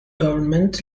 government